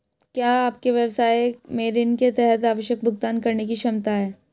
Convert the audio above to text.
क्या आपके व्यवसाय में ऋण के तहत आवश्यक भुगतान करने की क्षमता है?